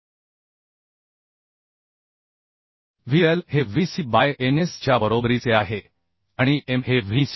VL हे Vc by Ns च्या बरोबरीचे आहे आणि M हे Vc